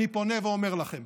אני פונה ואומר לכם: